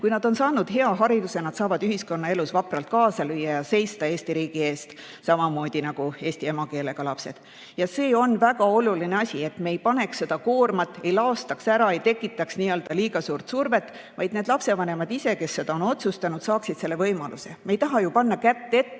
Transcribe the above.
Nad on saanud hea hariduse, nad saavad ühiskonnaelus vapralt kaasa lüüa, seista Eesti riigi eest samamoodi nagu eesti emakeelega lapsed. Ja see on väga oluline asi, et me ei paneks seda koormat, ei laastaks ära, ei tekitaks liiga suurt survet, vaid need lapsevanemad ise, kes seda on otsustanud, saaksid selle võimaluse. Me ei taha ju panna kätt ette.